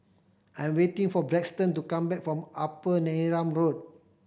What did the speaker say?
I'm waiting for Braxton to come back from Upper Neram Road